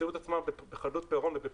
ימצאו את עצמם בחדלות פירעון ובפירוק.